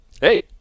Hey